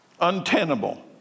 Untenable